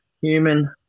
Human